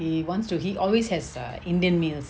he wants to he always has err indian meals